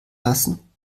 lassen